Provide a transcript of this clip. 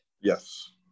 Yes